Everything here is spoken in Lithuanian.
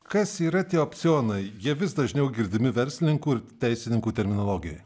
kas yra tie opcionai jie vis dažniau girdimi verslininkų ir teisininkų terminologijoj